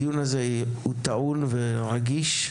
הדיון הזה הוא טעון ורגיש,